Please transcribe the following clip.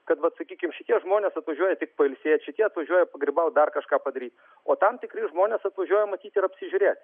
kad va sakykim šitie žmonės atvažiuoja tik pailsėt šitie atvažiuoja pagrybaut dar kažką padaryt o tam tikri žmonės atvažiuoja matyt ir apsižiūrėt